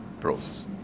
process